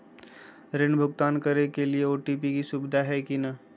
ऋण भुगतान करे के लिए ऑटोपे के सुविधा है की न?